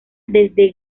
desde